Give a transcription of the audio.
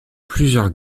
plusieurs